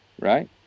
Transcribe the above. right